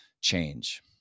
change